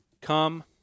come